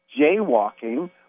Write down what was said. jaywalking